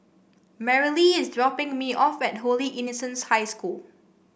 Merrilee is dropping me off at Holy Innocents' High School